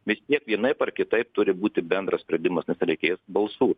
vis tiek vienaip ar kitaip turi būti bendras sprendimas nes reikės balsų